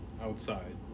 outside